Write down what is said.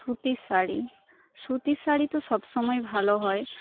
সুতির শাড়ি সুতির শাড়ি তো সবসময় ভালো হয়